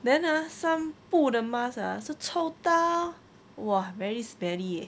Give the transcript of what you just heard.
then ha some 布的 mask ah 是臭到 !wah! very smelly eh